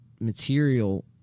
material